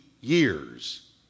years